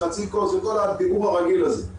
וכל הדיבור הרגיל הזה.